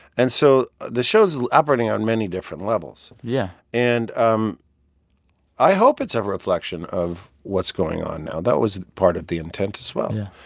and so the show is operating on many different levels yeah and um i hope it's a reflection of what's going on now. that was part of the intent as well